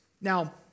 Now